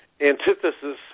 antithesis